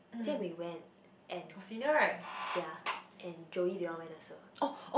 Jian-Wei went and yeah and Joey they all went also